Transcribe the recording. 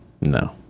no